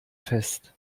fest